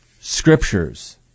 scriptures